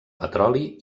petroli